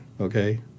okay